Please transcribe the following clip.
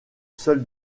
seul